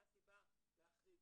מה הסיבה להחריג?